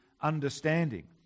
understanding